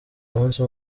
umunsi